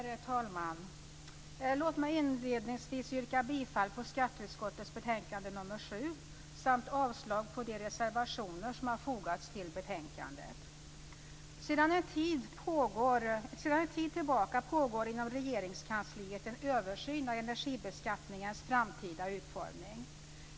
Herr talman! Låt mig inledningsvis yrka bifall på Sedan en tid tillbaka pågår inom Regeringskansliet en översyn av energibeskattningens framtida utformning.